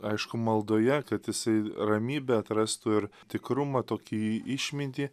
aišku maldoje kad jisai ramybę atrastų ir tikrumą tokį išmintį